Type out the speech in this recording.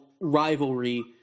rivalry